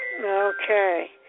Okay